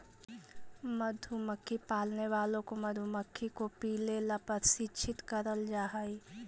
मधुमक्खी पालने वालों को मधुमक्खी को पीले ला प्रशिक्षित करल जा हई